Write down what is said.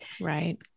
right